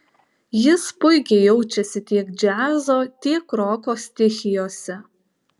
jis puikiai jaučiasi tiek džiazo tiek roko stichijose